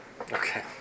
Okay